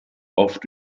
oft